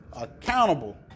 accountable